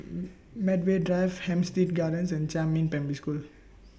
Medway Drive Hampstead Gardens and Jiemin Primary School